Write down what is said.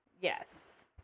Yes